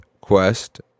quest